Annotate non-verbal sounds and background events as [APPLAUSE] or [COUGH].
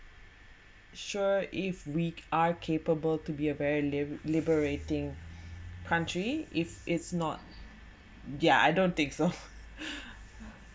sure if we are capable to be a very liberating country if it's not yeah I don't think so [LAUGHS] [BREATH]